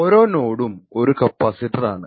ഒരോ നോടും ഒരു കപ്പാസിറ്റർ ആണ്